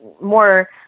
more